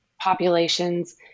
populations